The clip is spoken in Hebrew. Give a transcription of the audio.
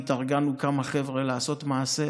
והתארגנו כמה חבר'ה לעשות מעשה